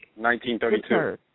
1932